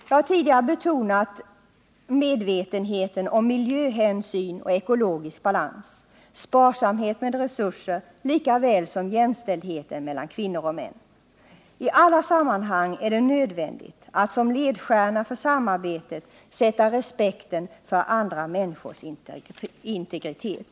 Jag har tidigare betonat vikten av medvetenhet i fråga om miljöhänsyn och ekologisk balans, sparsamhet med resurser liksom jämställdhet mellan män och kvinnor. I alla dessa sammanhang är det nödvändigt att som ledstjärna för samarbetet sätta respekten för andra människors integritet.